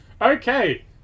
Okay